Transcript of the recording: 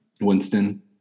Winston